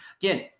Again